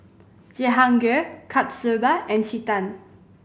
Jehangirr Kasturba and Chetan